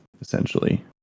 essentially